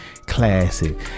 Classic